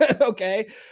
Okay